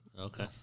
Okay